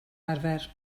arfer